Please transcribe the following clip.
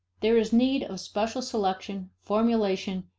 there is need of special selection, formulation,